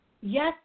yes